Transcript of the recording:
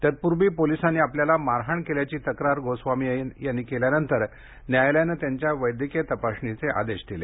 तत्पूर्वी पोलिसांनी आपल्याला मारहाण केल्याची तकार गोस्वामी यांनी केल्यानंतर न्यायालयानं त्यांच्या वैद्यकीय तपासणीचे आदेश दिले